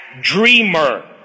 dreamer